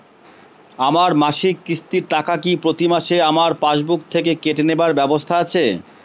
আমার মাসিক কিস্তির টাকা কি প্রতিমাসে আমার পাসবুক থেকে কেটে নেবার ব্যবস্থা আছে?